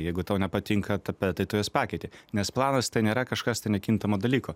jeigu tau nepatinka tapetai tu juos pakeiti nes planas tai nėra kažkas tai nekintamo dalyko